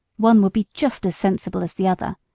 one would be just as sensible as the other.